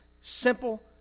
Simple